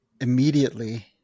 immediately-